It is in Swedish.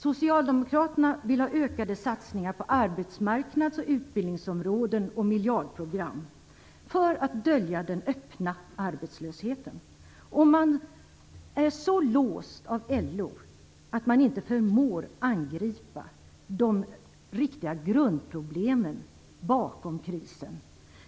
Socialdemokraterna vill ha ökade satsningar på arbetsmarknads och utbildningsområdena samt miljardprogram för att dölja den öppna arbetslösheten. Man är så låst av LO att man inte förmår att angripa de riktiga grundproblemen bakom krisen.